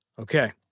Okay